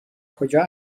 کجا